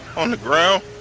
on the ground,